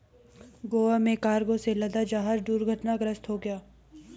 गोवा में कार्गो से लदा जहाज दुर्घटनाग्रस्त हो गया